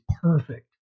perfect